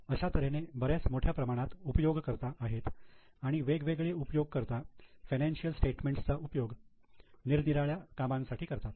अशा तऱ्हेने बऱ्याच मोठ्या प्रमाणात उपयोग कर्ता आहेत आणि वेगवेगळे उपयोगकर्ता फायनान्शिअल स्टेटमेंट्स चा उपयोग निरनिराळ्या कामासाठी करतात